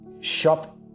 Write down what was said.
shop